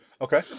Okay